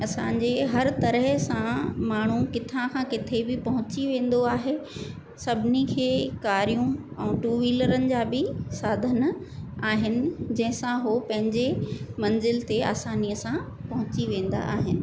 असांजे हर तरह सां माण्हू किथा खां किथे बि पहुची वेंदो आहे सभिनी खे कारियूं ऐं टू विलरनि जा बि साधन आहिनि जंहिं सां हो पंहिंजे मंज़िल ते आसानीअ सां पहुची वेंदा आहिनि